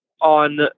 on